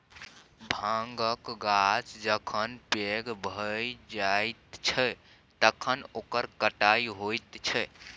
भाँगक गाछ जखन पैघ भए जाइत छै तखन ओकर कटाई होइत छै